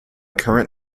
current